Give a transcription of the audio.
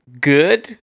good